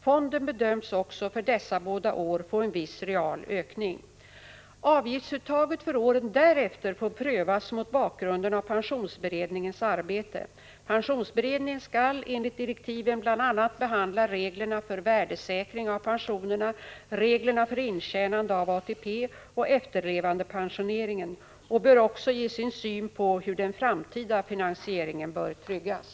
Fonden bedöms också för dessa båda år få en viss real ökning. Avgiftsuttaget för åren därefter får prövas mot bakgrund av pensionsberedningens arbete. Pensionsberedningen skall enligt direktiven bl.a. behandla reglerna för värdesäkring av pensionerna, reglerna för intjänande av ATP och efterlevandepensioneringen och den bör också ge sin syn på hur den framtida finansieringen bör tryggas.